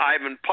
Ivan